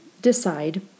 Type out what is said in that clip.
decide